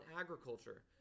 agriculture